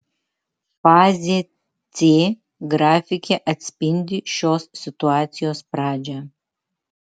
fazė c grafike atspindi šios situacijos pradžią